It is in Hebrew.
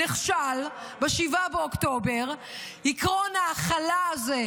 נכשל ב-7 באוקטובר עקרון ההכלה הזה,